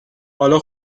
حالا